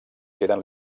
queden